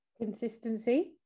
Consistency